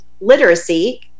literacy